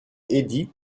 eddie